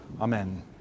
Amen